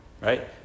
Right